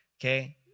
okay